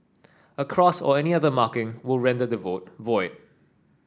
a cross or any other marking will render the vote void